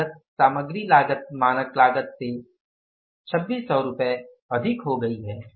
लागत सामग्री लागत मानक लागत से 2600 रुपये अधिक हो गई है